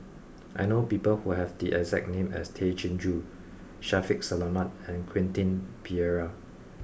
I know people who have the exact name as Tay Chin Joo Shaffiq Selamat and Quentin Pereira